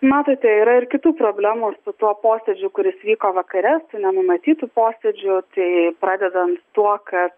matote yra ir kitų problemų su tuo posėdžiu kuris vyko vakare nenumatytu posėdžiu tai pradedant tuo kad